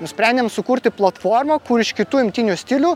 nusprendėm sukurti platformą kur iš kitų imtynių stilių